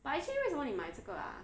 but actually 为什么你买这个 ah